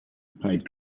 played